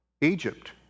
Egypt